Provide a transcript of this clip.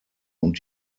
und